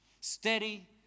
Steady